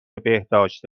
بهداشت